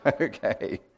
Okay